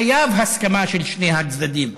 חייבים הסכמה של שני הצדדים.